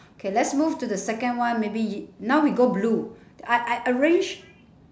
K let's move to the second one maybe y~ now we go blue I I arranged